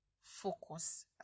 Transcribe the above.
focus